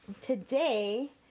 today